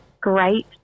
great